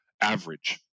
average